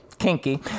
Kinky